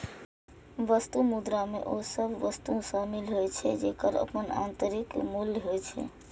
वस्तु मुद्रा मे ओ सभ वस्तु शामिल होइ छै, जेकर अपन आंतरिक मूल्य होइ छै